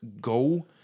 go